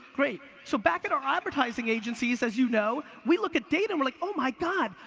great. so, back at our advertising agencies, as you know, we look at data, and we're, like, oh my god!